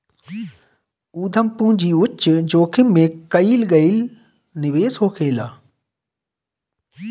उद्यम पूंजी उच्च जोखिम में कईल गईल निवेश होखेला